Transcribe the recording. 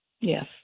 Yes